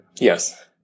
Yes